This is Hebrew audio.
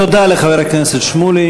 תודה לחבר הכנסת שמולי.